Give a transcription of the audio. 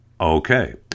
Okay